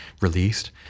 released